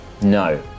No